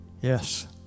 Yes